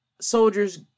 soldiers